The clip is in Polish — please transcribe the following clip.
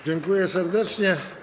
Dziękuję serdecznie.